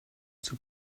zur